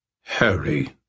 Harry